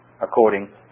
according